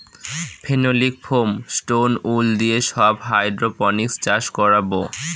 phenolic foam, stone wool দিয়ে সব hydroponics চাষ করাবো